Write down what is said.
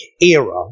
era